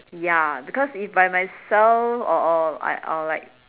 ya because if by myself or or I or like